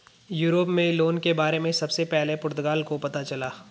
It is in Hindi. यूरोप में लोन के बारे में सबसे पहले पुर्तगाल को पता चला